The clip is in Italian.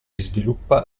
sviluppa